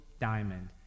Diamond